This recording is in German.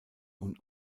und